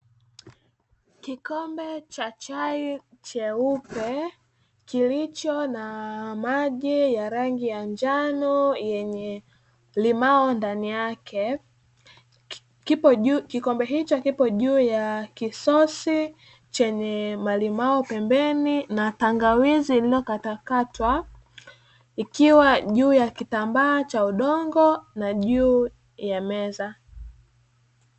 Kikombe cha chai cheupe kilicho na maji ya rangi ya njano yenye limao ndani yake. Kikombe hicho kipo juu ya kisosi chenye malimao pembeni na tangawizi iliyokatwakatwa ikiwa juu ya kitambaa cha udongo na juu ya meza.